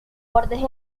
bordes